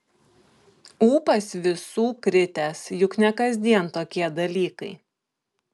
ūpas visų kritęs juk ne kasdien tokie dalykai